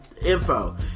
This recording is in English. info